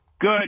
Good